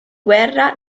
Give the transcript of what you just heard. guerra